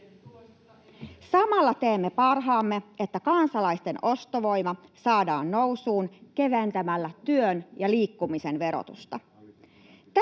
Samalla teemme parhaamme, että kansalaisten ostovoima saadaan nousuun keventämällä työn ja liikkumisen verotusta.